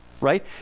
right